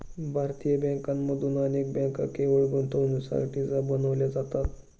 भारतीय बँकांमधून अनेक बँका केवळ गुंतवणुकीसाठीच बनविल्या जातात